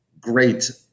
great